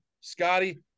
Scotty